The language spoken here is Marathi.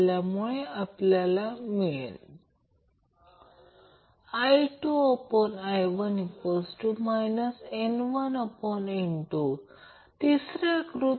तर याचा अर्थ आपल्याला माहित आहे की RI0 V आणि 1ω0 C R Q आहे तर ते Q V असेल